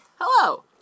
Hello